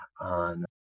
on